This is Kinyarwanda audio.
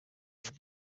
king